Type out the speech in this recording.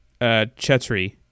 Chetri